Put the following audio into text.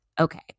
Okay